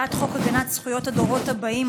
הצעת חוק הגנה על זכויות הדורות הבאים,